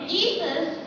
Jesus